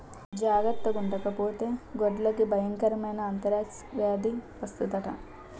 జార్తగుండకపోతే గొడ్లకి బయంకరమైన ఆంతరాక్స్ వేది వస్తందట